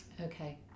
Okay